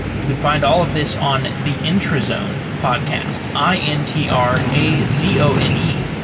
you can find all of this on the intrazone podcast, i n t r a z o n e.